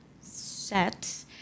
set